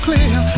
Clear